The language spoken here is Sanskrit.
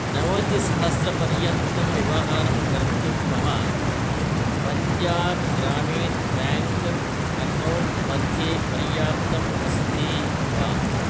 नवतिसहस्रपर्यन्तं व्यवहारं कर्तुं मम पञ्जाबः ग्रामीणः ब्याङ्क् एक्कौण्ट्मध्ये पर्याप्तम् अस्ति वा